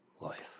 life